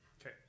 Okay